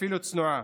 אפילו צנועה.